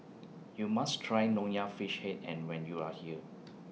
YOU must Try Nonya Fish Head and when YOU Are here